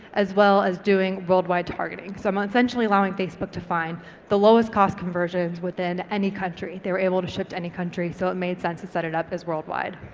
as well as doing worldwide targeting. so i'm ah essentially allowing facebook to find the lowest cost conversion within any country. they were able to ship to any country so it made sense it set it up as worldwide.